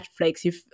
Netflix